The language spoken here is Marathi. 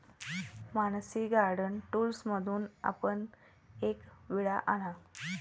मानसी गार्डन टूल्समधून आपण एक विळा आणा